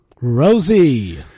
Rosie